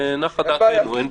נחה דעתנו.